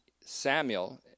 Samuel